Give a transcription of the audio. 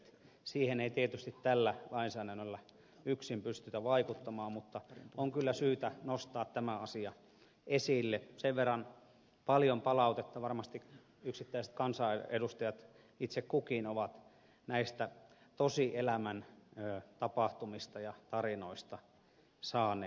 siihen ei tietysti tällä lainsäädännöllä yksin pystytä vaikuttamaan mutta on kyllä syytä nostaa tämä asia esille sen verran paljon palautetta varmasti yksittäiset kansanedustajat itse kukin ovat näistä tosielämän tapahtumista ja tarinoista saaneet